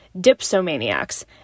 dipsomaniacs